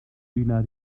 üna